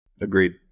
Agreed